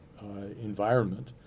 environment